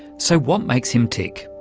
so what makes him tick?